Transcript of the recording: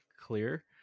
clear